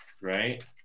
right